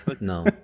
No